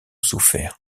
souffert